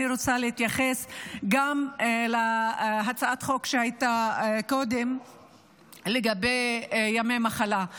אני רוצה להתייחס גם להצעת חוק שהייתה קודם לגבי ימי מחלה.